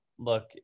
Look